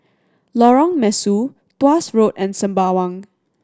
Lorong Mesu Tuas Road and Sembawang